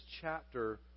chapter